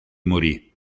morì